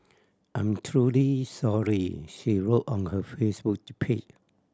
I'm truly sorry she wrote on her Facebook page